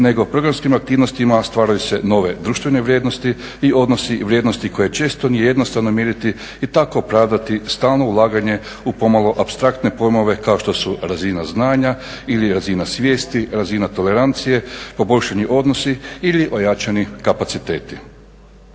nego programskim aktivnostima stvaraju se nove društvene vrijednosti i odnosi i vrijednosti koje često nije jednostavno mjeriti i tako opravdati stalno ulaganje u pomalo apstraktne pojmove kao što su razina znanja ili razina svijesti, razina tolerancije, poboljšani odnosi ili ojačani kapaciteti.